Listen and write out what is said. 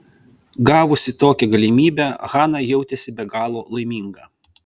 gavusi tokią galimybę hana jautėsi be galo laiminga